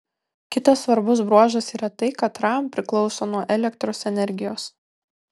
kitas svarbus bruožas yra tai kad ram priklauso nuo elektros energijos